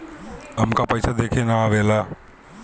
हमका पइसा देखे ना आवेला?